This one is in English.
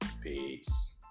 Peace